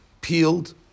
peeled